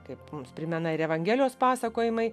kaip mums primena ir evangelijos pasakojimai